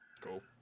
Cool